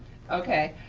okay.